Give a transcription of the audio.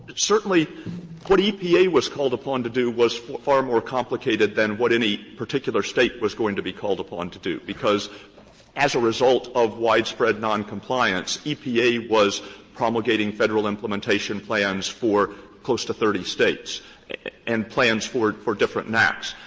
certainly what epa was called upon to do was far more complicated than what any particular state was going to be called upon to do, because as a result of widespread noncompliance, epa was promulgating federal implementation plans for close to thirty states and plans for for different naaqs.